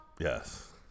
Yes